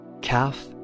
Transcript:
Calf